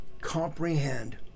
comprehend